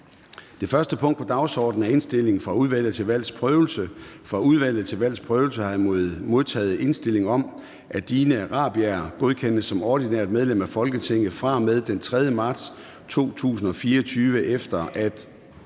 for Kl. 14:00 Forhandling Formanden (Søren Gade): Fra Udvalget til Valgs Prøvelse har jeg modtaget indstilling om, at Dina Raabjerg godkendes som ordinært medlem af Folketinget fra og med den 3. marts 2024, efter at